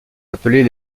appelés